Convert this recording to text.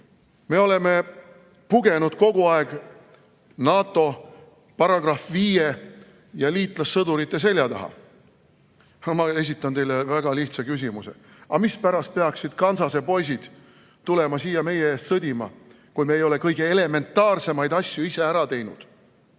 me oleme pugenud kogu aeg NATO lepingu artikkel 5 ja liitlassõdurite selja taha. Aga ma esitan teile väga lihtsa küsimuse: mispärast peaksid Kansase poisid tulema siia meie eest sõdima, kui me ei ole kõige elementaarsemaid asju ise ära teinud?